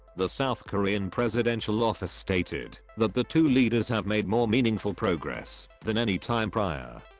the south korean presidential office stated that the two leaders have made more meaningful progress than any time prior.